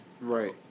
Right